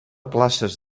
places